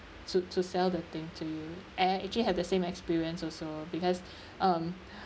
to to sell the thing to you and actually have the same experience also because um